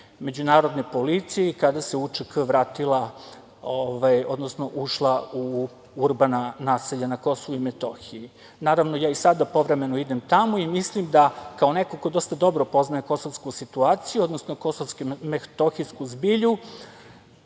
međunarodne policije i kada se UČK vratila, odnosno ušla u urbana naselja na Kosovu i Metohiji. Naravno, ja i sada povremeno idem tamo i mislim da kao neko ko dosta dobro poznaje kosovsku situaciju, odnosno kosovsko-metohijsku zbilju